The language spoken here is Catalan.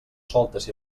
soltes